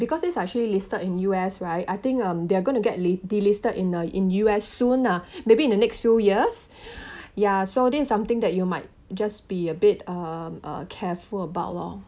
because these are actually listed in U_S right I think um they're gonna get li~ delisted in uh in U_S soon lah maybe in the next few years ya so this is something that you might just be a bit um uh careful about lor